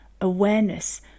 awareness